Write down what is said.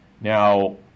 Now